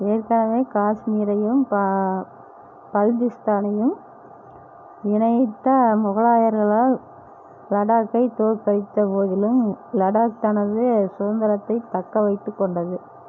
ஏற்கனவே காஷ்மீரையும் பல்திஸ்தானையும் இணைத்த முகலாயர்களால் லடாக்கை தோற்கடித்த போதிலும் லடாக் தனது சுதந்தரத்தைத் தக்க வைத்துக் கொண்டது